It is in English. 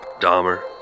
Dahmer